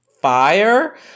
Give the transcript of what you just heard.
fire